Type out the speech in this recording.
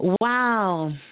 Wow